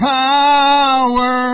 power